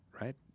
right